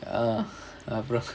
uh uh